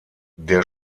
der